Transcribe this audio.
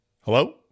hello